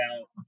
out